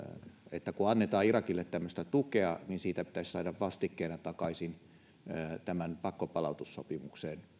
että kun annetaan irakille tämmöistä tukea niin siitä pitäisi saada vastikkeena takaisin pakkopalautussopimuksen